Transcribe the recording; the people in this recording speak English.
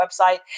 website